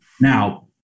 Now